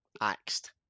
axed